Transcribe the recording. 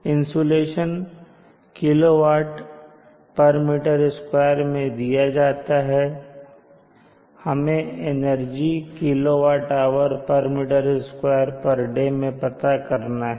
insulation kWm2 मैं दिया होता है हमें एनर्जी kWhm2 day पता करना है